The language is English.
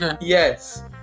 Yes